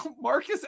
Marcus